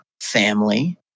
family